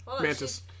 Mantis